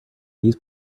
these